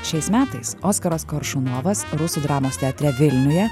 šiais metais oskaras koršunovas rusų dramos teatre vilniuje